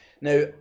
now